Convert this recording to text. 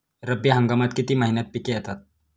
रब्बी हंगामात किती महिन्यांत पिके येतात?